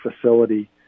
facility